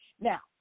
Now